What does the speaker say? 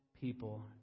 people